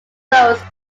those